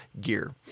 gear